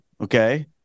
Okay